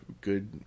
good